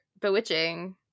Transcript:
bewitching